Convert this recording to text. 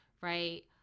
right